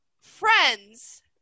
friends